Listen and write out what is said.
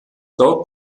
dort